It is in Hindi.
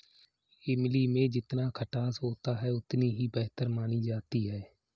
इमली में जितना खटास होता है इतनी ही बेहतर मानी जाती है